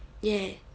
yeah